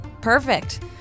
Perfect